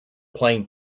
playing